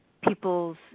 people's